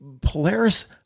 Polaris